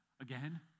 again